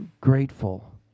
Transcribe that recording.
grateful